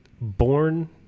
born